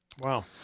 Wow